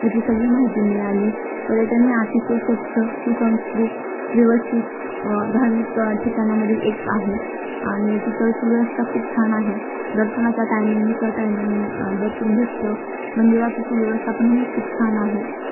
ह्याची सगळी माहिती मिळाली पर्यटन हे अतिशय स्वच्छ सुसंस्कृत व्यवस्थित धार्मिक ठिकाणामधील एक आहे आणि तिथं सुव्यवस्था खूप छान आहे दर्शनाचा टायमिंगनुसार टायमिंग दर्शन भेटतं मंदिराचा सुव्यवस्था पणही खूप छान आहे